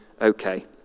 okay